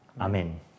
Amen